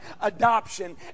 adoption